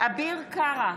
אביר קארה,